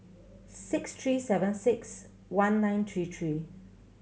six three seven six one nine three three